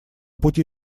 пути